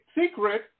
secret